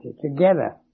together